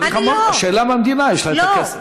השאלה אם למדינה יש את הכסף.